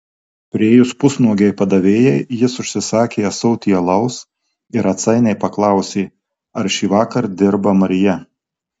priėjus pusnuogei padavėjai jis užsisakė ąsotį alaus ir atsainiai paklausė ar šįvakar dirba marija